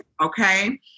Okay